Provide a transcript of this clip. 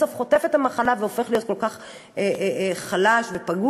בסוף הוא חוטף את המחלה והופך להיות כל כך חלש ופגוע.